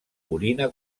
orina